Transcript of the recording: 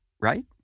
right